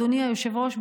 אדוני היושב-ראש,